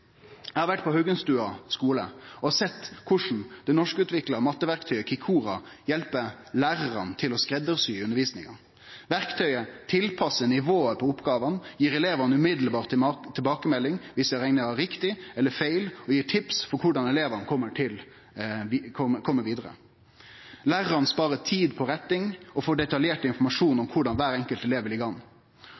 Eg har vore på Haugenstua skole i Oslo og har sett korleis det norskutvikla matteverktøyet Kikora hjelper lærarane til å skreddarsy undervisninga. Verktøyet tilpassar nivået på oppgåvene, gjev elevane direkte tilbakemelding om ein reknar riktig eller feil, og gir tips til korleis elevane skal kome vidare. Lærarane sparar tid på retting og får detaljert informasjon om korleis kvar enkelt elev ligg an. Læraren kan sjå kvar elevane møter kneika, kor